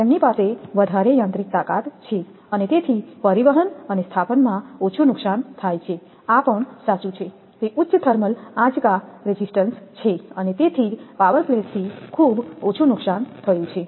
તેમની પાસે વધારે યાંત્રિક તાકાત છે અને તેથી પરિવહન અને સ્થાપનમાં ઓછું નુકસાન થાય છે આ પણ સાચું છે તે ઉચ્ચ થર્મલ આંચકા પ્રતિકારક છે અને તેથી જ પાવરફ્લેશથી ખૂબ ઓછું નુકસાન થયું છે